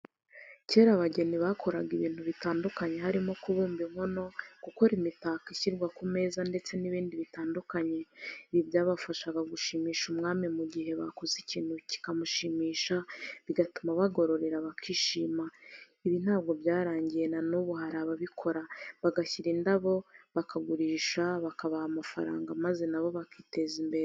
Kera abageni bakoraga ibintu bitandukanye harimo kubumba inkono, gukora imitako ishyirwa ku meza ndetse n'ibindi bitandukanye, ibi byabafashaga gushimisha umwami mu gihe bakoze ikintu kikamushimisha bigatuma abagororera bakishima, ibi ntabwo byarangiye na n'ubu hari ababikora bagashyiramo indabo bakagurisha bakabaha amafaranga maze na bo bakiteza imbere.